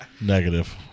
Negative